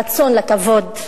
הרצון לכבוד.